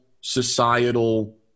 societal